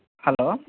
hello